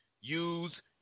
use